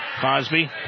Cosby